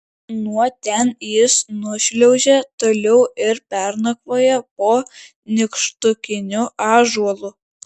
nuo ten jis nušliaužė toliau ir pernakvojo po nykštukiniu ąžuolu